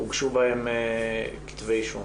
הוגשו בהם כתבי אישום